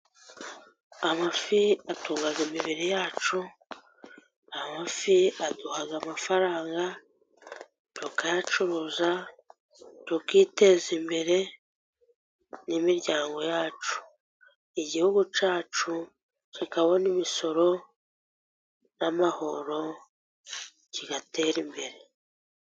Amafi atunga imibiri yacu, amafi aduhaza amafaranga tukayacuruza tukiteza imbere n'imiryango yacu, igihugu cyacu kikabona imisoro n'amahoro kigatera imbere.